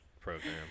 program